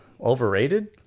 overrated